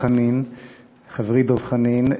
חברי דב חנין,